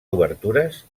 obertures